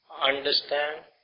understand